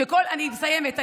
אני מסיימת,